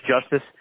Justice